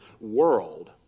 world